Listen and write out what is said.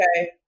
okay